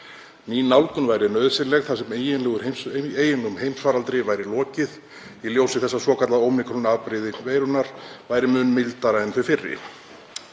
Ný nálgun væri nauðsynleg þar sem eiginlegum heimsfaraldri væri lokið í ljósi þess að hið svokallaða ómíkron-afbrigði veirunnar væri mun mildara en þau fyrri.